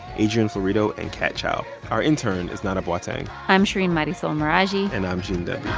adrian florido and kat chow. our intern is nana boateng i'm shereen marisol meraji and i'm gene demby